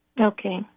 Okay